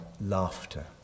laughter